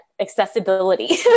accessibility